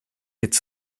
its